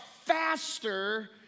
faster